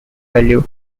value